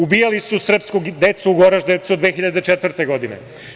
Ubijali su srpsku decu u Goraždevcu od 2004. godine.